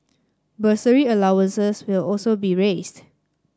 bursary allowances will also be raised